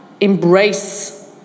embrace